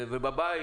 כולל בבית.